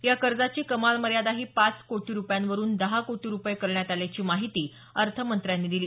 या कर्जाची कमाल मर्यादाही पाच कोटी रुपयांवरून दहा कोटी रुपये करण्यात आल्याची माहिती अर्थमंत्र्यांनी दिली